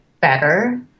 better